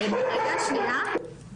היו